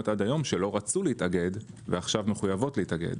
עד היום שלא רצו להתאגד ועכשיו מחויבות להתאגד.